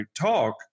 talk